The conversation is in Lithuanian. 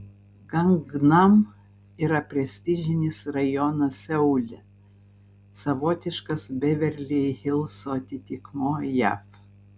gangnam yra prestižinis rajonas seule savotiškas beverli hilso atitikmuo jav